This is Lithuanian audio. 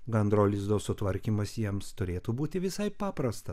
gandro lizdo sutvarkymas jiems turėtų būti visai paprastas